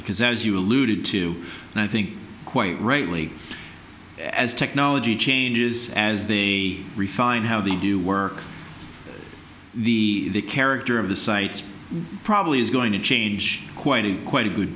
because as you alluded to and i think quite rightly as technology changes as they refine how they do work the character of the site probably is going to change quite in quite a good